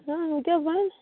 نہ نہ وۄنۍ کیاہ حظ بَنہِ